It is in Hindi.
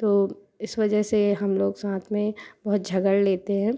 तो इस वजह से हम लोग साथ में बहुत झगड़ लेतें हैं